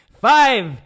Five